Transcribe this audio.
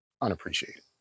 unappreciated